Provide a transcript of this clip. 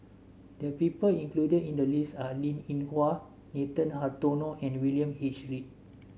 the people included in the list are Linn In Hua Nathan Hartono and William H Read